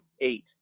eight